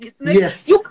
Yes